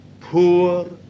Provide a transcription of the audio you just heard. poor